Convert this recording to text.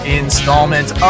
installment